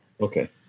Okay